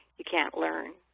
you can't learn.